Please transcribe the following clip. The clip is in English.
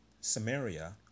Samaria